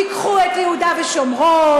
תיקחו את יהודה שומרון,